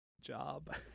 Job